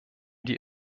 die